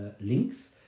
links